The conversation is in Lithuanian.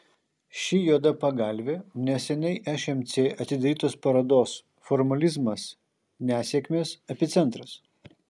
ši juoda pagalvė neseniai šmc atidarytos parodos formalizmas ne sėkmės epicentras